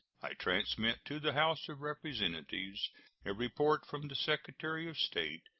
i transmit to the house of representatives a report from the secretary of state,